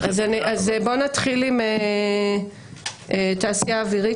אז בוא נתחיל עם תעשייה האווירית.